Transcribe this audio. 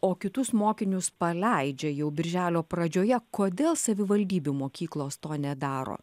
o kitus mokinius paleidžia jau birželio pradžioje kodėl savivaldybių mokyklos to nedaro